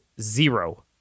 zero